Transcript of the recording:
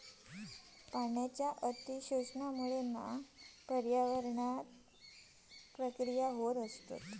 पाण्याच्या अती शोषणामुळा पर्यावरणीय प्रक्रिया होतत